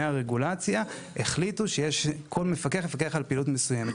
הרגולציה החליטו שכל מפקח יפקח על פעילות מסוימת.